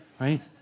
Right